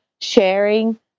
sharing